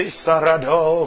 sarado